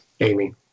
Amy